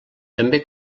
també